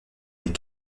les